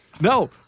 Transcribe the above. No